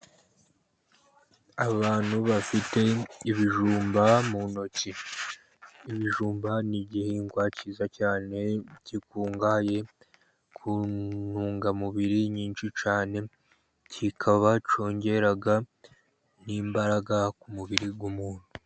Abantu bafite ibijumba mu ntoki. Ibijumba ni igihingwa cyiza cyane gikungahaye ku ntungamubiri nyinshi cyane, kikaba cyongera n'imbaraga ku mubiri w'umuntu.